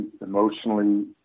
emotionally